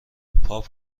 پاپ